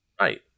Right